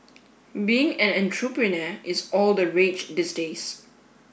being an entrepreneur is all the rage these days